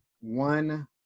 one